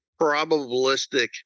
probabilistic